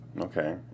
Okay